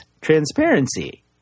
Transparency